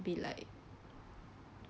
be like